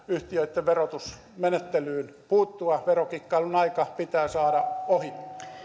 yhtiöitten verotusmenettelyyn puuttua verokikkailun aika pitää saada ohi